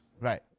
Right